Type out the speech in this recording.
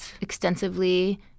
extensively